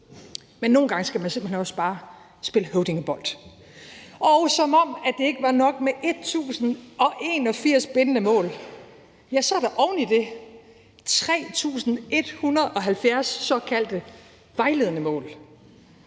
men nogle gange skal man simpelt hen også bare spille høvdingebold. Som om det ikke var nok med 1.081 bindende mål, er der oven i dem 3.170 såkaldte vejledende mål.